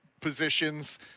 positions